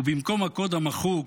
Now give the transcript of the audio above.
ובמקום הקוד המחוק